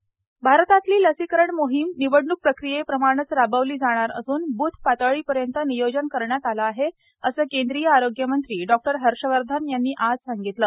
लसीकरण मोहीम भारतातली लसीकरण मोहीम निवडणुक प्रक्रियेप्रमाणेच राबवली जाणार असून बृथ पातळीपर्यंत नियोजन करण्यात आलं आहे असं केंद्रीय आरोग्य मंत्री डॉक्टर हर्षवर्धन यांनी आज सकाळी सांगितलं